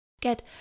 get